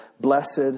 Blessed